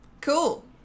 Cool